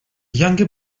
younger